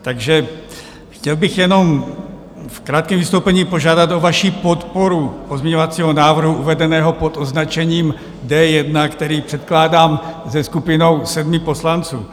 Takže chtěl bych jenom v krátkém vystoupení požádat o vaši podporu pozměňovacího návrhu uvedeného pod označením D1, který předkládám se skupinou sedmi poslanců.